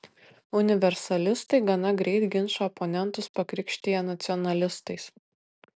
universalistai gana greit ginčo oponentus pakrikštija nacionalistais